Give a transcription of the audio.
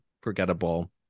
forgettable